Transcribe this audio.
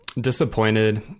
disappointed